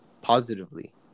positively